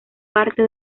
parte